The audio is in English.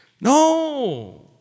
No